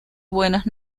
buenos